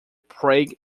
prague